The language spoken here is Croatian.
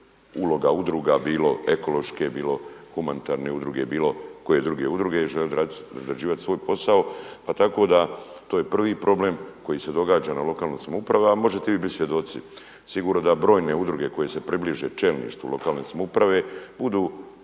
uloga udruga bilo ekološke, bilo humanitarne udruge, bilo koje druge udruge žele odrađivati svoj posao, pa tko da to je prvi problem koji se događa u lokalnim samoupravama, a možete vi biti svjedoci. Sigurno da brojne udruge koje se približe čelništvu lokalne samouprave budu